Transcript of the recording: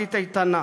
וחברתית איתנה.